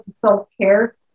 self-care